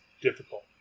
difficult